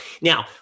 Now